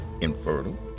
infertile